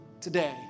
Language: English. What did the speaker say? today